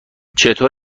چطور